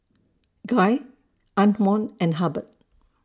Guy Antwon and Hubbard